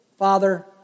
Father